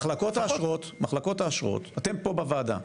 מחלקות האשרות, אתם פה בוועדה,